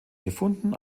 gefunden